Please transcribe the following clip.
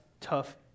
tough